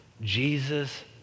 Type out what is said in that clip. Jesus